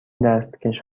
دستکش